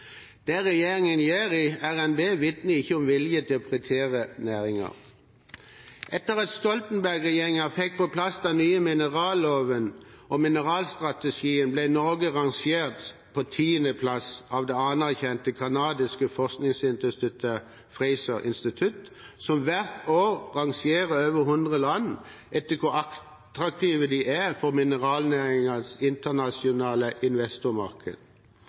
Det regjeringen gjør i RNB, vitner ikke om en vilje til å prioritere næringen. Etter at Stoltenberg-regjeringen fikk på plass den nye mineralloven og mineralstrategien, ble Norge rangert på 10. plass av det anerkjente kanadiske forskningsinstituttet Fraser Institute, som hvert år rangerer over 100 land etter hvor attraktive de er for mineralnæringens internasjonale investormarked.